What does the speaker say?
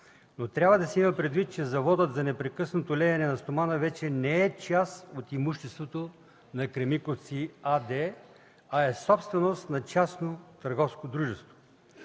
но трябва да се има предвид, че Заводът за непрекъснато леене на стомана вече не е част от имуществото на „Кремиковци” АД, а е собственост на частно търговско дружество.